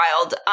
wild